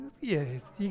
Yes